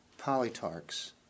polytarchs